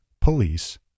police